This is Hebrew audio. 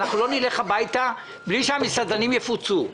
אנחנו לא נלך הביתה בלי שהמסעדנים יפוצו.